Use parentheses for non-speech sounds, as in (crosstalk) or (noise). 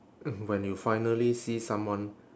(noise) when you finally see someone